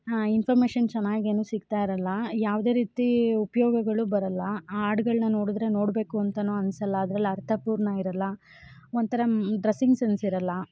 ಆ ಇನ್ಫಾರ್ಮೇಷನ್ ಚೆನ್ನಾಗೇನು ಸಿಕ್ತಾ ಇರೋಲ್ಲ ಯಾವುದೇ ರೀತಿ ಉಪಯೋಗಗಳು ಬರೋಲ್ಲ ಆ ಹಾಡ್ಗಳ್ನ ನೋಡಿದ್ರೆ ನೋಡಬೇಕು ಅಂತಾ ಅನ್ಸೋಲ್ಲ ಅದ್ರಲ್ಲಿ ಅರ್ಥಪೂರ್ಣ ಇರೋಲ್ಲ ಒಂಥರ ಡ್ರಸ್ಸಿಂಗ್ ಸೆನ್ಸ್ ಇರೋಲ್ಲ